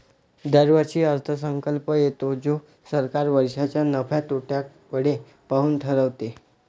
दरवर्षी अर्थसंकल्प येतो जो सरकार वर्षाच्या नफ्या तोट्याकडे पाहून ठरवते